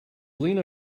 lena